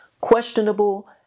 questionable